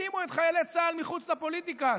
שימו את חיילי צה"ל מחוץ לפוליטיקה,